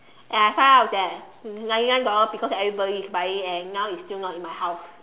and I find out that ninety nine dollars because everybody is buying and now it's still not in my house